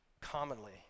commonly